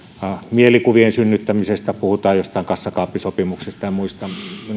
mielikuvien synnyttämisestä kun puhutaan joistakin kassakaappisopimuksista ja muista minun mielestäni